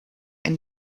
and